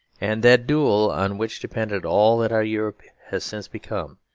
and that duel, on which depended all that our europe has since become,